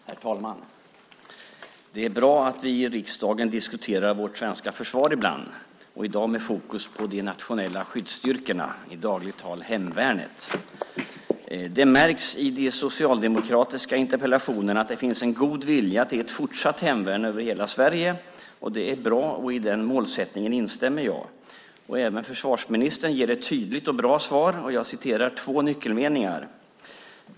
Herr talman! Det är bra att vi i riksdagen ibland diskuterar vårt svenska försvar - i dag med fokus på de nationella skyddsstyrkorna, i dagligt tal kallat hemvärnet. Det märks av de socialdemokratiska interpellationerna att det finns en god vilja till att även i fortsättningen ha ett hemvärn över hela Sverige. Det är bra. I den målsättningen instämmer jag. Försvarsministern ger ett tydligt och bra svar. Låt mig citera två nyckelmeningar.